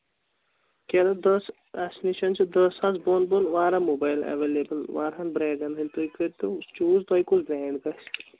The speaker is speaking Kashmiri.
کیٛاہ دَ دہَس اَسہِ نِش چھِ دہ ساس بۄن بۄن وایاہ موبایِل ایویلیبٕل واراہَن بریڈَن ہٕنٛدۍ تُہۍ کٔرۍ تو چوٗز تۄہہِ کُس برٛینٛڈ گژھِ